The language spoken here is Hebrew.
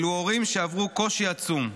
אלו הורים שעברו קושי עצום,